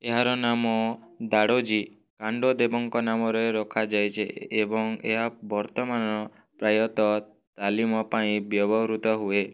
ଏହାର ନାମ ଦାଡ଼ୋଜୀ କାଣ୍ଡଦେବଙ୍କ ନାମରେ ରଖାଯାଇଛି ଏବଂ ଏହା ବର୍ତ୍ତମାନ ପ୍ରାୟତଃ ତାଲିମ ପାଇଁ ବ୍ୟବହୃତ ହୁଏ